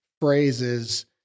phrases